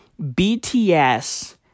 BTS